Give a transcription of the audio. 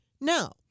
No